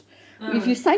ah